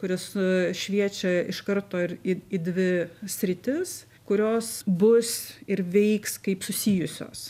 kuris ee šviečia iš karto ir į dvi sritis kurios bus ir veiks kaip susijusios